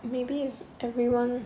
maybe everyone